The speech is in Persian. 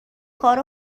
کار